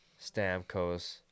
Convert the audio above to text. Stamkos